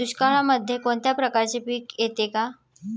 दुष्काळामध्ये कोणत्या प्रकारचे पीक येते का?